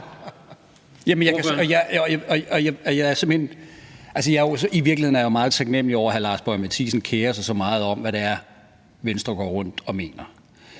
jeg jo meget taknemlig over, at hr. Lars Boje Mathiesen kerer sig så meget om, hvad det er, Venstre går rundt og mener.